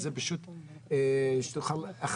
אחד